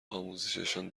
آموزششان